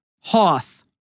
Hoth